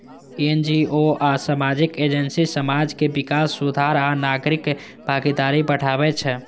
NGO आ सामाजिक agency समाज के विकास, सुधार आ नागरिक भागीदारी बढ़ाबै छै